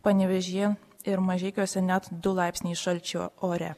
panevėžyje ir mažeikiuose net du laipsniai šalčio ore